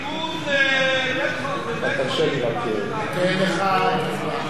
קיבלתי מיגון לבית-חולים "ברזילי".